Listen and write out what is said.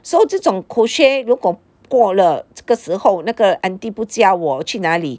so 这种 crochet 如果过了这个时候那个 auntie 不教我去哪里